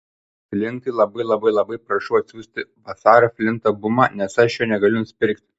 flintai labai labai labai prašau atsiųsti vasario flinto bumą nes aš jo negaliu nusipirkti